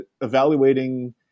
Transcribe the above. evaluating